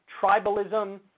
tribalism